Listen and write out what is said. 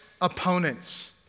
opponents